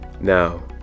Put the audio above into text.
Now